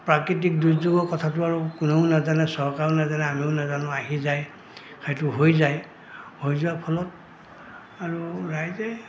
প্ৰাকৃতিক দুৰ্যোগৰ কথাটো আৰু কোনেও নাজানে চৰকাৰেও নাজানে আমিও নাজানো আহি যায় সেইটো হৈ যায় হৈ যোৱাৰ ফলত আৰু ৰাইজে